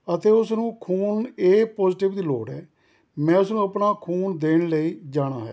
ਅਤੇ ਉਸ ਨੂੰ ਖੂਨ ਏ ਪੋਜ਼ੀਟਿਵ ਦੀ ਲੋੜ ਹੈ ਮੈਂ ਉਸ ਨੂੰ ਆਪਣਾ ਖੂਨ ਦੇਣ ਲਈ ਜਾਣਾ ਹੈ